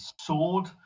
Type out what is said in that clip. sword